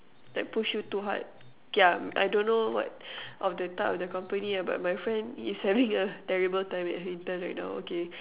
like push you too hard K lah I don't know what of the type of the company lah but my friend is having a terrible time at intern right now okay